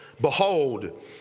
behold